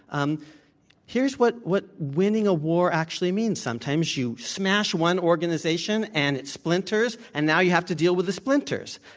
um here's what what winning a war actually means sometimes you smash one organization, and it splinters, and now you have to deal with the splinters,